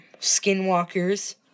Skinwalkers